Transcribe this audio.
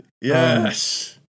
yes